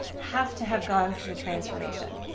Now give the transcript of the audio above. have to have gone through the transformation.